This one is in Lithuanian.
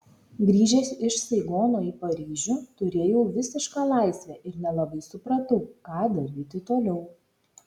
grįžęs iš saigono į paryžių turėjau visišką laisvę ir nelabai supratau ką daryti toliau